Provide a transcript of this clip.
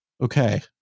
Okay